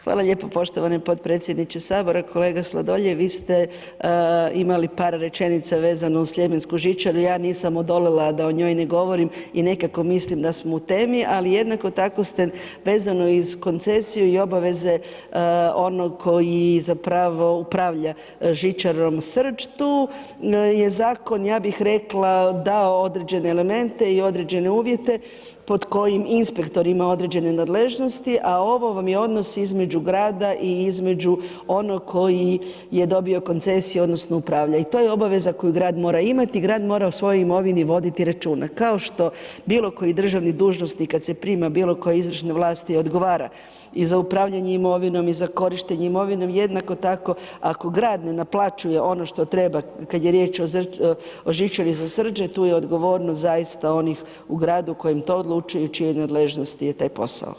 Hvala lijepo poštovani potpredsjedniče Sabora, kolega Sladoljev, vi ste imali par rečenica vezano uz sljemensku žičaru, ja nisam odoljela o njoj ne govorim i nekako mislim da smo u temi, ali jednako tako ste vezano uz koncesiju i obaveze onog koji zapravo upravlja žičarom Srđ tu je zakon, ja bih rekla, dao određene elemente i određene uvjete, pod kojim inspektor ima određene nadležnosti a ovo vam je odnos između grada i između onog koji je dobio koncesiju odnosno, upravlja i to je obaveza koju grad mora imati i grad mora o svojoj imovini voditi računa Kao što bilo koji državni dužnosnik kad se prima bilokojoj izvršnoj vlasti odgovara i za upravljanje imovinom i za korištenje imovine jednako tako ako grad ne naplaćuje ono što treba kad je riječ o žičari za Srđ, tu je odgovornost zaista onih u gradu u kojem to odlučuju i u čijoj nadležnosti je taj posao.